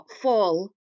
Fall